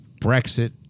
Brexit